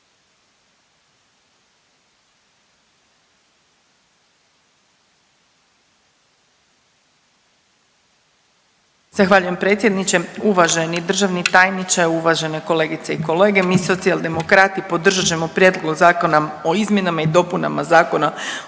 Zahvaljujem predsjedniče. Uvaženi državni tajniče, uvažene kolegice i kolege mi Socijaldemokrati podržat ćemo Prijedlog zakona o izmjenama i dopunama Zakona